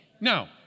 Now